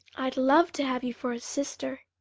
i'd love to have you for a sister.